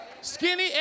Skinny